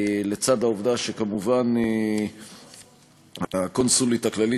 לצד העובדה שכמובן הקונסולית הכללית